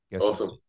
awesome